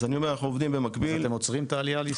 אז אתם עוצרים את העלייה לישראל.